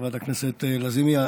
חברת הכנסת לזימי,